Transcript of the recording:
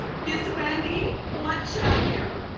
ms. wendy, what should i do?